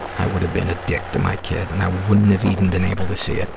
i would have been a dick to my kid, and i wouldn't have even been able to see it.